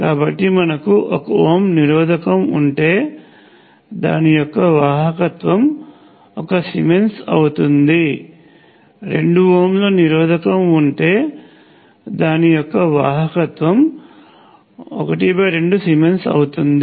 కాబట్టి మనకు 1 ఓం నిరోధకం ఉంటే దాని యొక్క వాహకత్వం 1 సిమెన్స్ అవుతుంది 2 ఓంల నిరోధకం ఉంటే దాని యొక్క వాహకత్వం ½ సిమెన్స్ అవుతుంది